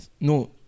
No